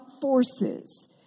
forces